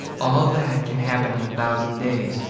all that can happen in a thousand days,